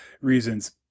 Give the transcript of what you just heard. reasons